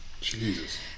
Jesus